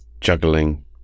juggling